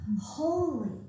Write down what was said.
holy